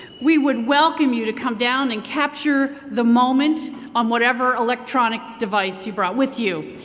we would welcome you to come down and capture the moment on whatever electronic device you brought with you.